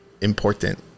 important